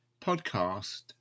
podcast